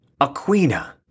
Aquina